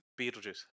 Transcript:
Beetlejuice